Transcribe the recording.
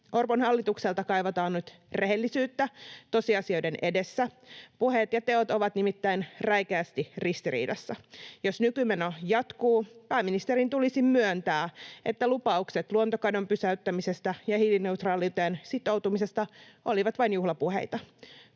Orpon hallitukselta kaivataan nyt rehellisyyttä tosiasioiden edessä — puheet ja teot ovat nimittäin räikeästi ristiriidassa. Jos nykymeno jatkuu, pääministerin tulisi myöntää, että lupaukset luontokadon pysäyttämisestä ja hiilineutraaliuteen sitoutumisesta olivat vain juhlapuheita.